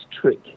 trick